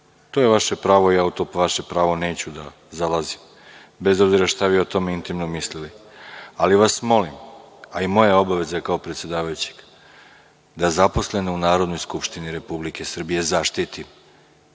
to je vaše pravo, ja u to vaše pravo neću da zalazim, bez obzira šta vi o tome intimno mislili, ali vas molim, a i moja je obaveza kao predsedavajućeg da zaposlene u Narodnoj skupštini Republike Srbije zaštitim,